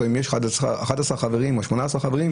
אם יש 11 חברים או 18 חברים.